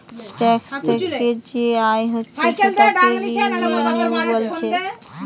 tax থিকে যে আয় হচ্ছে সেটাকে রেভিনিউ বোলছে